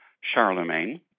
Charlemagne